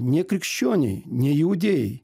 ne krikščioniai ne judėjai